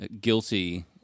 guilty